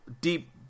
deep